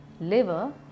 liver